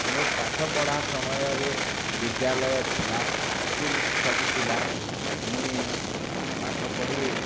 ମୋର୍ ପାଠପଢ଼ା ସମୟରେ ବିଦ୍ୟାଲୟ ଥିଲା ସ୍କୁଲ୍ ସବୁ ଥିଲା ମୁଇଁ ପାଠ ପଢ଼ି